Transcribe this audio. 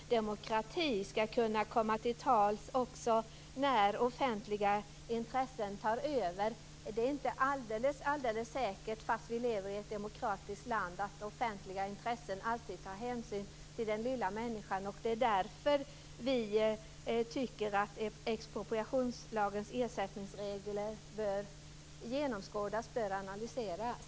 Fru talman! Det handlar ju om att den enskilda människan i en demokrati skall kunna komma till tals också när offentliga intressen tar över. Det är inte alldeles säkert, fast vi lever i ett demokratiskt land, att offentliga intressen alltid tar hänsyn till den lilla människan. Det är därför vi tycker att expropriationslagens ersättningsregler bör genomskådas, bör analyseras.